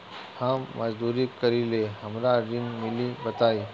हम मजदूरी करीले हमरा ऋण मिली बताई?